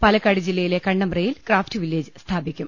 പാലക്കാട് ജില്ലയിലെ കണ്ണമ്പ്രയിൽ craft village സ്ഥാപിക്കും